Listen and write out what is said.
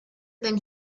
than